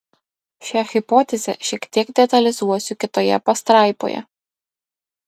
šią hipotezę šiek tiek detalizuosiu kitoje pastraipoje